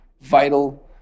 vital